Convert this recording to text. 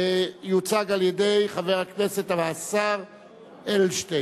יוצג על-ידי חבר הכנסת והשר אדלשטיין.